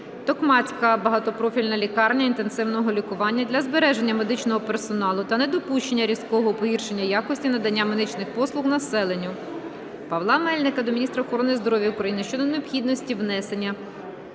"Токмацька багатопрофільна лікарня інтенсивного лікування" для збереження медичного персоналу та недопущення різкого погіршення якості надання медичних послуг населенню. Павла Мельника до міністра охорони здоров'я України щодо необхідності внесення